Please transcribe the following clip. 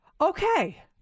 Okay